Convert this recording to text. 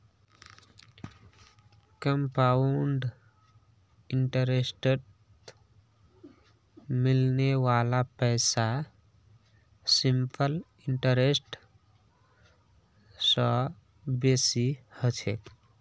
compound इंटरेस्टत मिलने वाला पैसा सिंपल इंटरेस्ट स बेसी ह छेक